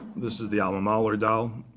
this is the alma mahler doll.